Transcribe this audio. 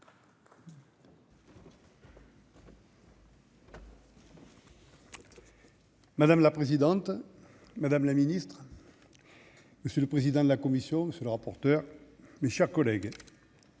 Madame la présidente, madame la ministre, monsieur le président de la commission, monsieur le rapporteur, mes chers collègues,